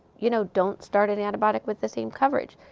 you know, don't start an antibiotic with the same coverage.